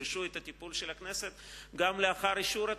וידרשו את הטיפול של הכנסת גם לאחר אישור התקציב.